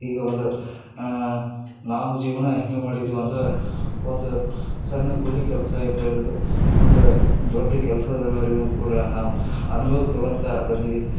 ಈಗ ಒಂದು ನಾವು ಜೀವನ ಹೆಂಗೆ ಮಾಡಿದ್ದೀವಂದ್ರೆ ಒಂದು ಸಣ್ಣ ಕೂಲಿ ಕೆಲ್ಸದಿಂದ ಹಿಡಿದು ಒಂದು ದೊಡ್ಡ ಕೆಲಸದವರೆಗೂ ಕೂಡ ನಾವು ಅನುಭವ ತಗೊಳ್ತಾ ಬಂದ್ವಿ